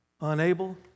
Unable